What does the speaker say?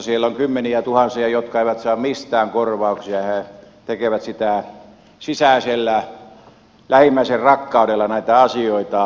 siellä on kymmeniä tuhansia jotka eivät saa mistään korvauksia ja he tekevät sisäisellä lähimmäisen rakkaudella näitä asioita